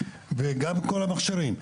וגם כל המכשירים.